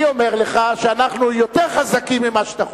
אני אומר לך שאנחנו יותר חזקים ממה שאתה חושב.